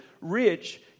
rich